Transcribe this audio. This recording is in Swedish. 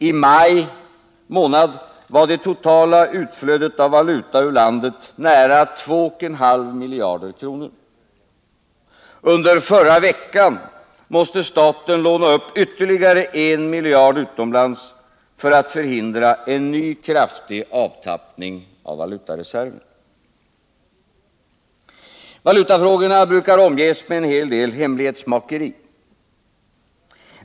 I maj var det totala utflödet av valuta ur landet nära 2,5 miljarder kronor. Under förra veckan måste staten låna upp ytterligare 1 miljard kronor utomlands för att hindra en ny kraftig avtappning av valutareserven. Valutafrågan brukar omges med en hel del hemlighetsmakeri.